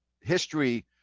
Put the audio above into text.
history